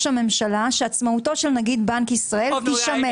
הממשלה שעצמאותו של נגיד בנק ישראל תישמר,